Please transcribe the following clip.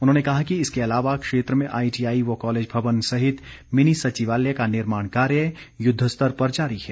उन्होंने कहा कि इसके अलावा क्षेत्र में आईटीआई व कॉलेज भवन सहित मिनी सचिवालय का निर्माण कार्य युद्ध स्तर पर जारी है